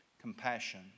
Compassion